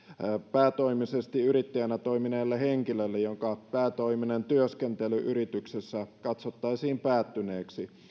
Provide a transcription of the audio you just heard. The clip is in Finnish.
päätoimisesti yrittäjänä toimineelle henkilölle jonka päätoiminen työskentely yrityksessä katsottaisiin päättyneeksi